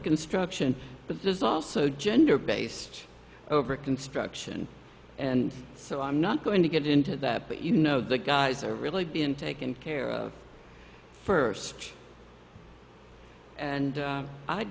construction but there's also gender based over construction and so i'm not going to get into that but you know the guys are really been taken care of first and